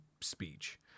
speech